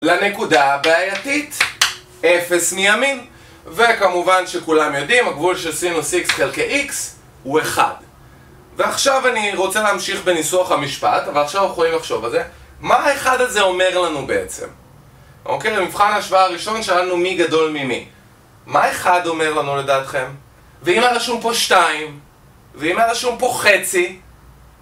לנקודה הבעייתית, 0 מימין, וכמובן שכולם יודעים, הגבול של סינוס X חלקי X הוא 1. ועכשיו אני רוצה להמשיך בניסוח המשפט, ועכשיו יכולים לחשוב על זה, מה האחד הזה אומר לנו בעצם? אוקיי, במבחן השוואה הראשון שאלנו מי גדול ממי? מה אחד אומר לנו לדעתכם? ואם היה רשום פה 2? ואם היה רשום פה חצי?